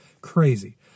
Crazy